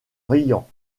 riant